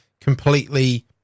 completely